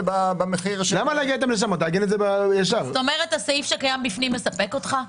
במחיר- -- כלומר הסעיף שקיים בפנים מספק אותך?